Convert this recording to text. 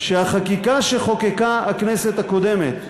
שהחקיקה שחוקקה הכנסת הקודמת,